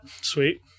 Sweet